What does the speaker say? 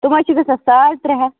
تِم حَظ چھِ گژھان ساڑھ ترٛےٚ ہَتھ